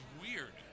weird